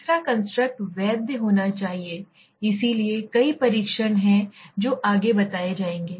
तीसरा कंस्ट्रक्ट वैध होना चाहिए इसलिए कई परीक्षण हैं जो आगे बताएंगे